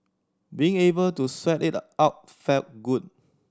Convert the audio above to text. being able to sweat it out felt good